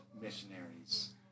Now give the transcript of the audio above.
missionaries